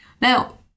Now